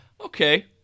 Okay